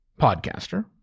podcaster